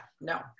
no